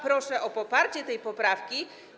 Proszę o poparcie tej poprawki.